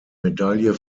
medaille